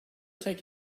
take